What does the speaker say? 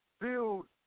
build